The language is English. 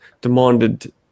demanded